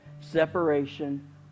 Separation